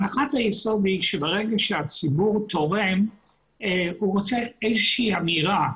הנחת היסוד היא שברגע שהציבור תורם הוא רוצה איזה שהיא אמירה.